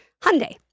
Hyundai